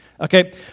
Okay